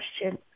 question